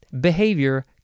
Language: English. behavior